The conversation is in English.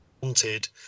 wanted